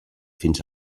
fins